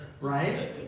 right